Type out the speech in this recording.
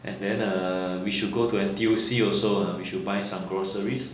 and then err we should go to N_T_U_C also we should buy some groceries